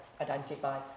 identify